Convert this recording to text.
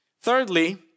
Thirdly